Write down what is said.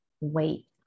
wait